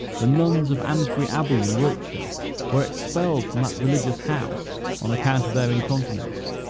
the nuns of amsbury abbey in wiltshire were expelled from that religious house on account of their incontinence.